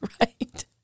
Right